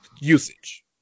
usage